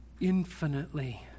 infinitely